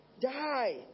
Die